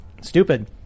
stupid